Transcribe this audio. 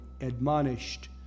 admonished